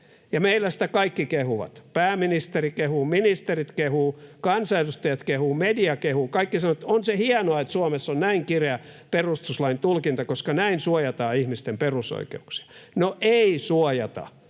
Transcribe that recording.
meillä sitä kaikki kehuvat: pääministeri kehuu, ministerit kehuvat, kansanedustajat kehuvat, media kehuu, kaikki sanovat, että on se hienoa, että Suomessa on näin kireä perustuslaintulkinta, koska näin suojataan ihmisten perusoikeuksia. No ei suojata.